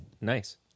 Nice